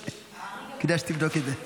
כדאי שתבדוק את זה,